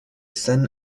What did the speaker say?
son